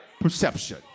perception